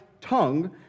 tongue